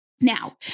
Now